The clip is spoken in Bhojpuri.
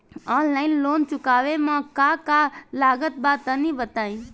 आनलाइन लोन चुकावे म का का लागत बा तनि बताई?